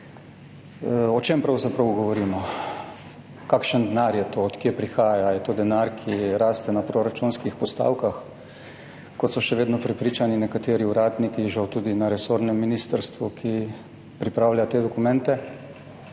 O čem pravzaprav govorimo, kakšen denar je to, od kod prihaja? Je to denar, ki raste na proračunskih postavkah, kot so še vedno prepričani nekateri uradniki, žal, tudi na resornem ministrstvu, ki pripravlja te dokumente?